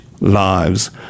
lives